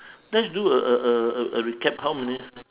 let's do a a a a a recap how many